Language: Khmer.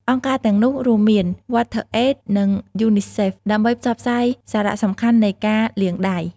អង្គការទាំងនោះរួមមាន វ័តធឺអេត និងយូនីសេហ្វ ដើម្បីផ្សព្វផ្សាយសារៈសំខាន់នៃការលាងដៃ។